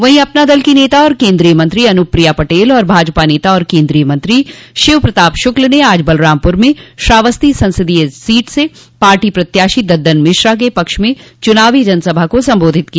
वहीं अपना दल की नेता और केन्द्रीय मंत्री अनुप्रिया पटेल तथा भाजपा नेता और केन्द्रीय मंत्री शिव प्रताप शूक्ल ने आज बलरामपुर में श्रावस्ती संसदीय सीट से पार्टी प्रत्याशी दददन मिश्रा के पक्ष में चुनावी जनसभा को संबोधित किया